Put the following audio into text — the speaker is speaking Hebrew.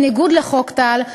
בניגוד לחוק טל,